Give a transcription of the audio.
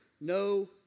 no